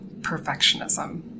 perfectionism